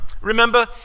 Remember